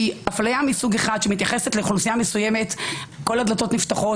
אפליה מסוג אחד שמתייחסת לאוכלוסייה מסוימת - כל הדלתות נפתחות